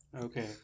Okay